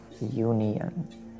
Union